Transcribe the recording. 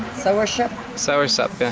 sourship? soursop,